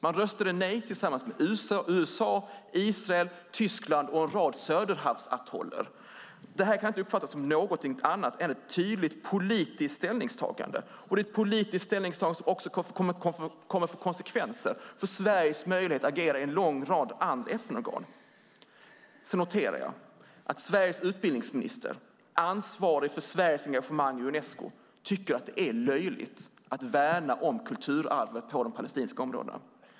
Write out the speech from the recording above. Man röstade nej tillsammans med USA, Israel, Tyskland och en rad söderhavsatoller. Detta kan inte uppfattas som någonting annat än ett tydligt politiskt ställningstagande, och det är ett politiskt ställningstagande som också kommer att få konsekvenser för Sveriges möjligheter att agera i en lång rad andra FN-organ. Sedan noterar jag att Sveriges utbildningsminister, ansvarig för Sveriges engagemang i Unesco, tycker att det är löjligt att värna om kulturarvet på de palestinska områdena.